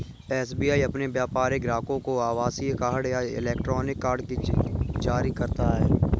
SBI अपने व्यापारिक ग्राहकों को आभासीय कार्ड या इलेक्ट्रॉनिक कार्ड जारी करता है